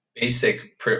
basic